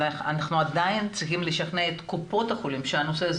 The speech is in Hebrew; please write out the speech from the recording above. אנחנו עדיין צריכים לשכנע את קופות החולים שהנושא הזה